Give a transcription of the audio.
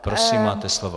Prosím, máte slovo.